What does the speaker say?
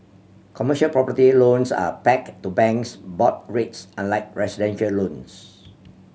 commercial property loans are pegged to banks' board rates unlike residential loans